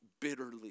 bitterly